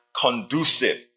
conducive